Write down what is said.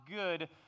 good